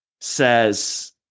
says